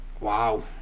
Wow